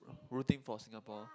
rooting for Singapore